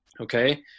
okay